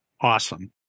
awesome